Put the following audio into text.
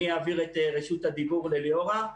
אני אעביר את רשות הדיבור לליאורה.